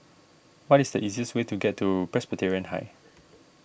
what is the easiest way to get to Presbyterian High